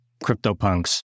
CryptoPunks